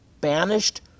banished